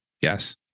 yes